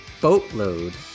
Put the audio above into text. boatload